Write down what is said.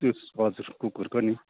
त्यस हजुर कुकुरको नि